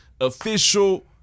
official